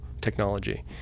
technology